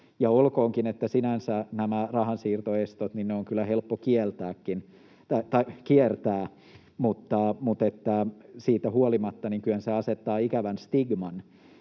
Olkoonkin, että sinänsä nämä rahansiirtoestot on kyllä helppo kiertää, kyllähän se siitä huolimatta asettaa ikävän stigman